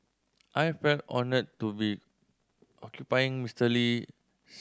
I feel honoured to be occupying Mister Lee